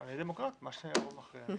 אני דמוקרט, מה שהרוב מכריע.